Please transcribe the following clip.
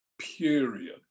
period